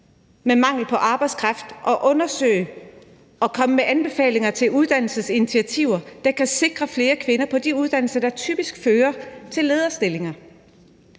med mangel på arbejdskraft, og undersøge og komme med anbefalinger til uddannelsesinitiativer, der kan sikre flere kvinder på de uddannelser, der typisk fører til lederstillinger.